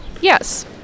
Yes